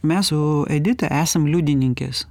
mes su edita esam liudininkės